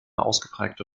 ausgeprägte